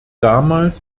damals